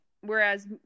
Whereas